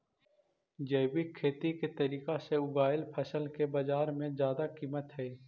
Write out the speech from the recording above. जैविक खेती के तरीका से उगाएल फसल के बाजार में जादा कीमत हई